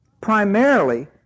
primarily